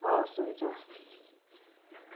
हवस् हुन्छ